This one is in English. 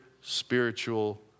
spiritual